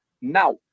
now